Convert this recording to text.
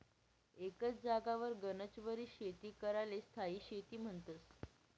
एकच जागावर गनच वरीस शेती कराले स्थायी शेती म्हन्तस